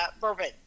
bourbon